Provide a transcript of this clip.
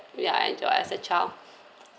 ya enjoy as a child